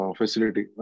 facility